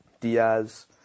Diaz